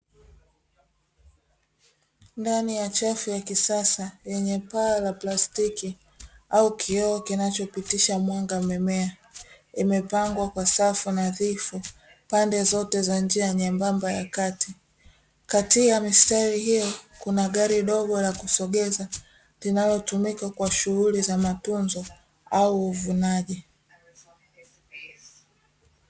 Ndani ya chafu ya kisasa yenye paa la plastiki au kioo kinachopitisha mwanga, mimea imepangwa kwa safu nadhifu pande zote za njia nyembamba ya kati, kati ya mistari hiyo kuna gari dogo la kusogeza linalotumika kwa shughuli za matunzo au uvunaji.